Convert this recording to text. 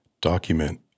document